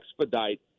expedite